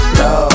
no